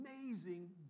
amazing